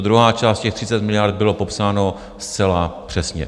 Ta druhá část, 30 miliard, bylo popsáno zcela přesně.